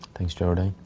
thanks, geraldine.